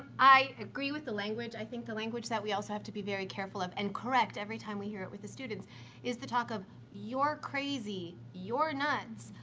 i agree with the language. i think the language that we also have to be very careful of and correct every time we hear it with the students is the talk of you're crazy, you're nuts,